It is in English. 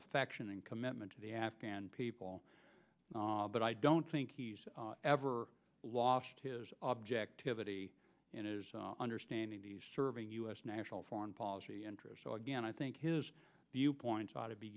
affection and commitment to the afghan people but i don't think he's ever lost his objectivity in his understanding serving u s national foreign policy interest so again i think his viewpoint ought to be